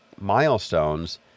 milestones